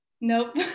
Nope